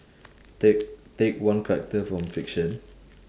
take take one character from fiction